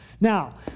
Now